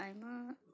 ᱟᱭᱢᱟ